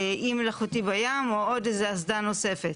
אי מלאכותי בים או עוד איזה אסדה נוספת.